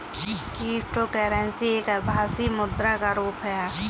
cryptocurrency एक आभासी मुद्रा का रुप है